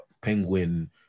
Penguin